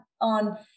on